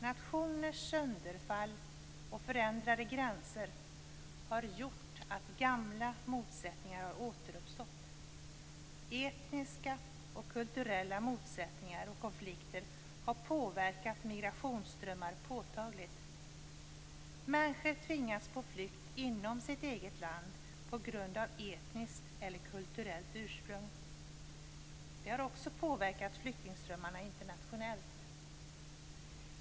Nationers sönderfall och förändrade gränser har gjort att gamla motsättningar har återuppstått. Etniska och kulturella motsättningar och konflikter har påverkat migrationsströmmar påtagligt. Människor tvingas på flykt inom sitt eget land på grund av etniskt eller kulturellt ursprung. Det har också påverkat flyktingströmmarna internationellt.